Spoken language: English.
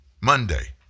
Monday